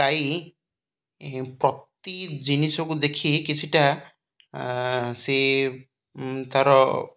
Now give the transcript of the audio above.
ଗାଈ ପ୍ରତି ଜିନିଷକୁ ଦେଖି କିଛିଟା ସେ ତା'ର